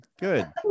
Good